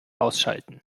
ausschalten